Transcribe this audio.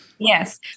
Yes